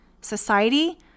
Society